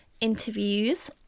interviews